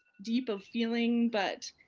deep of feeling. but